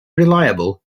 reliable